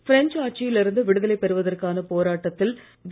French ஆட்சியில் இருந்து விடுதலை பெறுவதற்கான போராட்டத்தில்ன வி